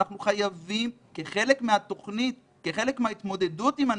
אנחנו חייבים, כחלק מהתוכנית להתמודדות הנגיף,